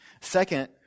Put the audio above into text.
Second